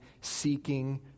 seeking